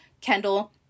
Kendall